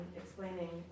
explaining